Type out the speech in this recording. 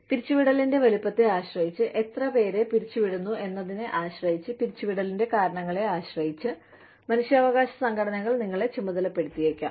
പിരിച്ചുവിടലിന്റെ വലുപ്പത്തെ ആശ്രയിച്ച് എത്ര പേരെ പിരിച്ചുവിടുന്നു എന്നതിനെ ആശ്രയിച്ച് പിരിച്ചുവിടലിന്റെ കാരണങ്ങളെ ആശ്രയിച്ച് മനുഷ്യാവകാശ സംഘടനകൾ നിങ്ങളെ ചുമതലപ്പെടുത്തിയേക്കാം